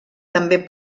també